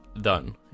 done